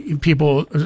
people